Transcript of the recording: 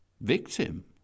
Victim